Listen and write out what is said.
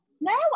No